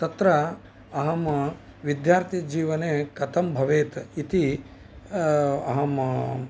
तत्र अहं विद्यार्थिजीवने कथं भवेत् इति अहं